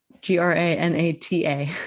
g-r-a-n-a-t-a